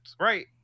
right